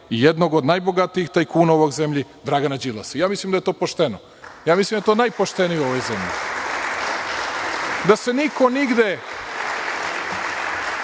jednog od najbogatijih tajkuna u ovoj zemlji, Dragana Đilasa. Mislim da je to pošteno. Mislim da je to najpoštenije u ovoj zemlji, da se niko nigde